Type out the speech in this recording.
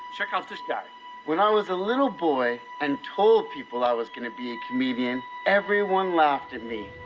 check out this guy when i was a little boy and told people i was going to be a comedian. everyone laughed at me.